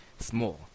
small